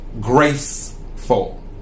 graceful